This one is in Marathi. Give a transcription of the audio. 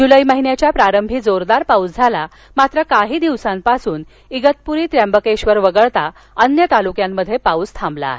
जुलै महिन्याच्या प्रारंभी जोरदार पाऊस झाला मात्र काही दिवसांपासून इगतपूरी त्र्यंबकेश्वर वगळता अन्य तालुक्यात पाऊस थांबला आहे